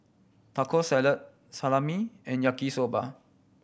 Taco Salad Salami and Yaki Soba